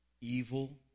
evil